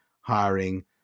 hiring